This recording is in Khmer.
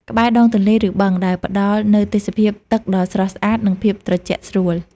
ក្បែរដងទន្លេ ឬបឹង ដែលផ្តល់នូវទេសភាពទឹកដ៏ស្រស់ស្អាត និងភាពត្រជាក់ស្រួល។